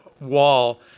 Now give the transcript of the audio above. wall